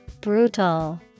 Brutal